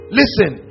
listen